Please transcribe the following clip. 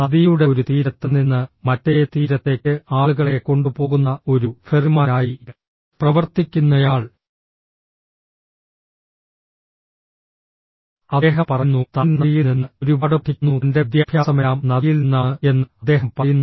നദിയുടെ ഒരു തീരത്ത് നിന്ന് മറ്റേ തീരത്തേക്ക് ആളുകളെ കൊണ്ടുപോകുന്ന ഒരു ഫെറിമാനായി പ്രവർത്തിക്കുന്നയാൾ അദ്ദേഹം പറയുന്നു താൻ നദിയിൽ നിന്ന് ഒരുപാട് പഠിക്കുന്നു തന്റെ വിദ്യാഭ്യാസമെല്ലാം നദിയിൽ നിന്നാണ് എന്ന് അദ്ദേഹം പറയുന്നു